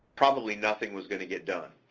probably nothing was gonna get done.